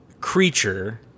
creature